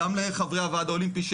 גם לחברי הוועד האולימפי,